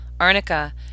Arnica